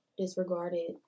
disregarded